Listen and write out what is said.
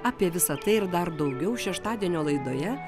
apie visa tai ir dar daugiau šeštadienio laidoje